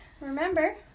Remember